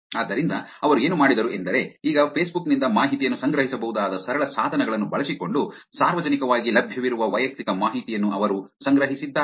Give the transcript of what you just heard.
ಆದ್ದರಿಂದ ಅವರು ಏನು ಮಾಡಿದರು ಎಂದರೆ ಈಗ ಫೇಸ್ಬುಕ್ ನಿಂದ ಮಾಹಿತಿಯನ್ನು ಸಂಗ್ರಹಿಸಬಹುದಾದ ಸರಳ ಸಾಧನಗಳನ್ನು ಬಳಸಿಕೊಂಡು ಸಾರ್ವಜನಿಕವಾಗಿ ಲಭ್ಯವಿರುವ ವೈಯಕ್ತಿಕ ಮಾಹಿತಿಯನ್ನು ಅವರು ಸಂಗ್ರಹಿಸಿದ್ದಾರೆ